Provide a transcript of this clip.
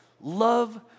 love